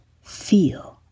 feel